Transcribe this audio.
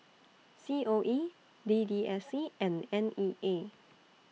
C O E D D S C and N E A